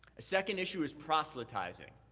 a second issue is proselytizing.